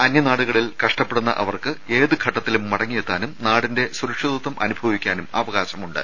അന്യനാടുകളിൽ കഷ്ടപ്പെടുന്ന അവർക്ക് ഏതുഘട്ടത്തിലും മടങ്ങിയെത്താനും നാടിന്റെ സുരക്ഷിതത്വം അനുഭവിക്കാനും അവകാശമുണ്ട്